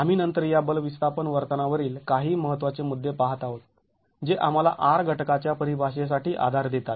आम्ही नंतर या बल विस्थापन वर्तना वरील काही महत्त्वाचे मुद्दे पाहत आहोत जे आम्हाला R घटकाच्या परिभाषेसाठी आधार देतात